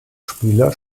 spieler